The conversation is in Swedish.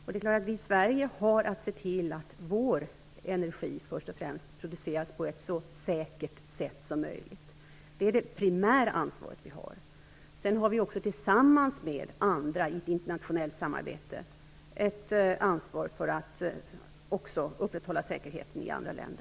Vi har självfallet att se till att i första hand vår egen energi produceras på ett så säkert sätt som möjligt. Det är vårt primära ansvar. Vi har också tillsammans med andra i ett internationellt samarbete ett ansvar för att upprätthålla säkerheten i andra länder.